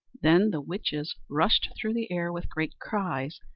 then the witches rushed through the air with great cries,